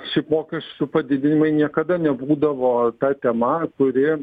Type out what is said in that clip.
šiaip mokesčių padidinimai niekada nebūdavo ta tema kuri